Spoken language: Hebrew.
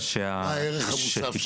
מה הערך המוסף של כל זה?